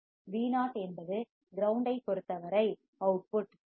VO என்பது கிரவுண்டைப் பொறுத்தவரை வெளியீடுஅவுட்புட்